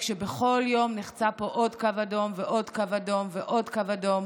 כשבכל יום נחצה פה עוד קו אדום ועוד קו אדום ועוד קו אדום